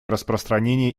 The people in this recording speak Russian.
распространения